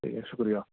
ٹھیک ہے شکریہ